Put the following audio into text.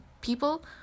people